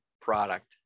product